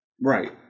Right